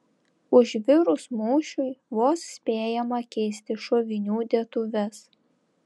užvirus mūšiui vos spėjama keisti šovinių dėtuves